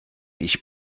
ich